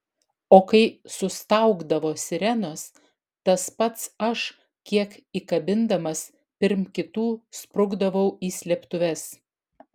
o kai sustaugdavo sirenos tas pats aš kiek įkabindamas pirm kitų sprukdavau į slėptuves